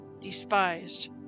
despised